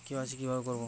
KYC কিভাবে করব?